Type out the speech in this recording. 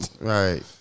Right